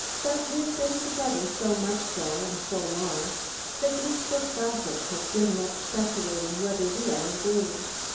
but we have been together, so much so and so long that eastbrook gossips have given up speculating whether we are engaged.